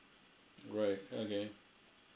right okay